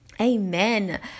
Amen